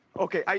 okay,